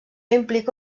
implica